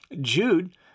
Jude